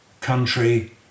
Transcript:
country